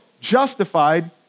justified